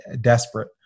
desperate